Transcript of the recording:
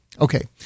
okay